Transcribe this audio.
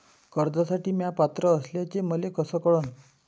कर्जसाठी म्या पात्र असल्याचे मले कस कळन?